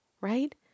right